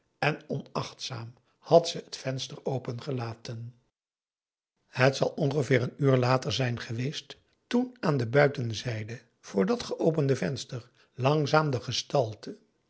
en onachtzaam had ze het venster opengelaten het zal ongeveer een uur later zijn geweest toen aan de buitenzijde voor dat geopende venster langzaam de gestalte